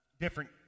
different